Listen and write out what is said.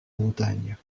montagnes